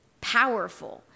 powerful